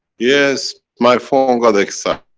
yes, my phone got excited,